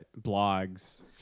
blogs